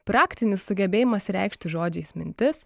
praktinis sugebėjimas reikšti žodžiais mintis